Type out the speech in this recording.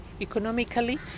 economically